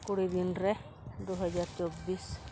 ᱠᱩᱲᱤᱫᱤᱱ ᱨᱮ ᱫᱩ ᱦᱟᱡᱟᱨ ᱪᱚᱵᱵᱤᱥ